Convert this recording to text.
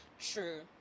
true